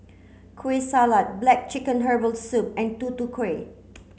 Kueh Salat black chicken herbal soup and Tutu Kueh